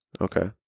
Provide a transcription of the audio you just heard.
Okay